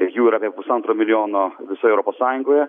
jų yra apie pusantro milijono visoje europos sąjungoje